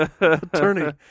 Attorney